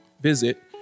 Visit